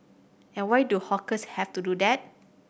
and why do hawkers have to do that